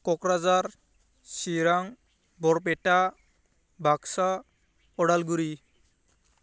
Kokrajhar Chirang Barpeta Baksa Udalguri